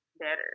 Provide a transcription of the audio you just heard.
better